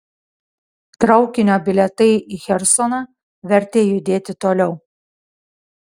traukinio bilietai į chersoną vertė judėti toliau